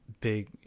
big